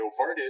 Novartis